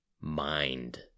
mind